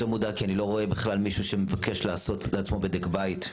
יותר מודאג כי אני לא רואה בכלל מישהו שמבקש לעשות לעצמו בדק בית.